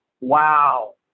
wow